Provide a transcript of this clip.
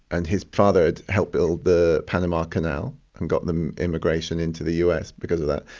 and his father had helped build the panama canal and got them immigration into the us because of that.